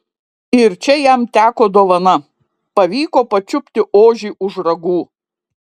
ir čia jam teko dovana pavyko pačiupti ožį už ragų